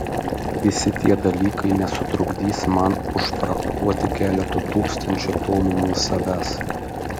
visi tie dalykai nesutrukdys man užfrachtuoti keleto tūkstančio tonų nuo savęs